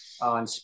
on